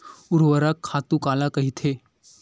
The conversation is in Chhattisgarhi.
ऊर्वरक खातु काला कहिथे?